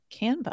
Canva